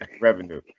revenue